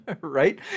right